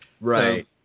Right